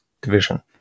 division